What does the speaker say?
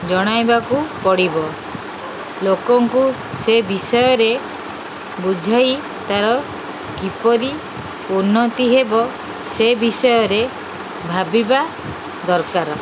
ଜଣାଇବାକୁ ପଡ଼ିବ ଲୋକଙ୍କୁ ସେ ବିଷୟରେ ବୁଝାଇ ତା'ର କିପରି ଉନ୍ନତି ହେବ ସେ ବିଷୟରେ ଭାବିବା ଦରକାର